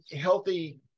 healthy